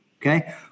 okay